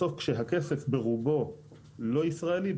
בסוף כשהכסף ברובו לא ישראלי,